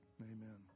Amen